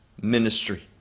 ministry